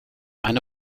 eine